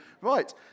right